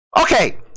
Okay